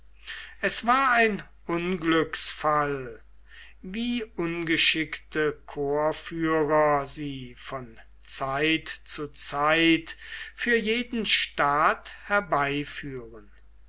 es war ein unglücksfall wie ungeschickte korpsführer sie von zeit zu zeit für jeden staat herbeiführen